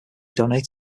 donated